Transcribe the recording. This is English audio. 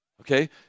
Okay